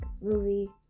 movie